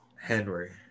Henry